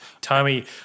Tommy